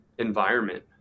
environment